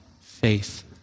Faith